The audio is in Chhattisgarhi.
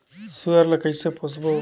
सुअर ला कइसे पोसबो?